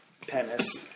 penis